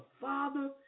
Father